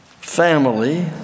family